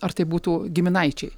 ar tai būtų giminaičiai